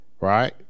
right